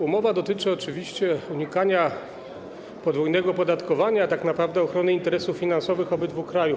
Umowa dotyczy oczywiście unikania podwójnego opodatkowania, a tak naprawdę ochrony interesów finansowych obydwu krajów.